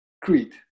Crete